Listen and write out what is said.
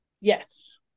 Yes